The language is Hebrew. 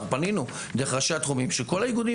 פנינו דרך ראשי התחומים לכל הארגונים